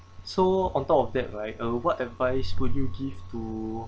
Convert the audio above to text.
so on top of that like uh what advice would you give to